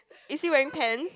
is he wearing pants